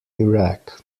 iraq